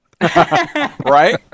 Right